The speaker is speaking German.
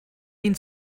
ihn